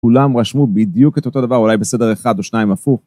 כולם רשמו בדיוק את אותו דבר אולי בסדר אחד או שניים הפוך